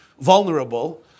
vulnerable